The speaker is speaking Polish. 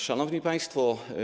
Szanowni Państwo!